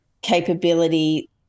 capability